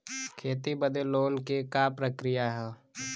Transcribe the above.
खेती बदे लोन के का प्रक्रिया ह?